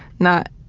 not